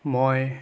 মই